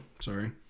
sorry